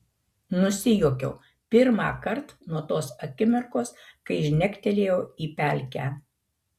nusijuokiau pirmąkart nuo tos akimirkos kai žnektelėjau į pelkę